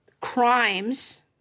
crimes